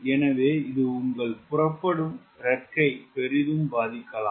எனவே இது உங்கள் புறப்படும் இறக்கை பெரிதும் பாதிக்கலாம்